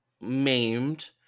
maimed